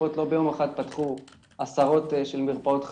הקופות לא ביום אחד פתחו עשרות מרפאות חדשות,